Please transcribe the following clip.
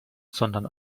sondern